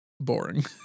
boring